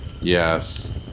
Yes